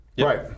Right